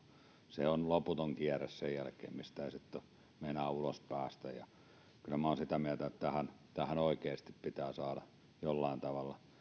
se on loputon kierre sen jälkeen mistä ei sitten meinaa ulos päästä ja kyllä minä olen sitä mieltä että tähän oikeasti pitää saada jollain tavalla